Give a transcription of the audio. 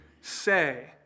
say